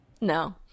No